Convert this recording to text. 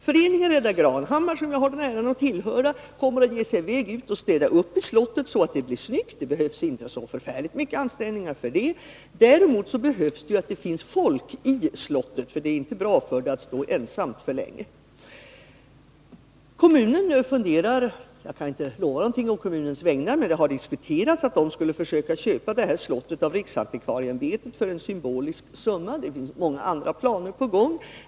Föreningen Rädda Granhammar, som jag har äran att tillhöra, kommer att städa upp i slottet så att det blir snyggt. Det behövs inte så förfärligt stora ansträngningar för det. Däremot är det nödvändigt att det finns folk i slottet, för det är inte bra att det står tomt för länge. Kommunen funderar på — men jag kan inte lova någonting på kommunens vägnar — och har diskuterat om man skulle försöka köpa detta slott av riksantikvarieämbetet för en symbolisk summa. Det finns många andra planer på gång.